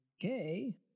okay